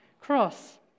cross